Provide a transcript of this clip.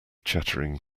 chattering